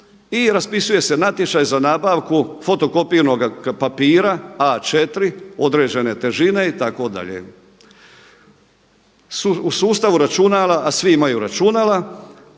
i raspisuje se natječaj za nabavku fotokopirnog papira A4 određene težine itd. U sustavu računala a svi imaju računala